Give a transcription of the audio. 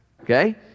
okay